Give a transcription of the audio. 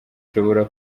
ushobora